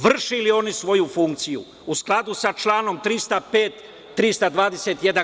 Vrši li svoju funkciju u skladu sa članom 305, 321.